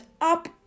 up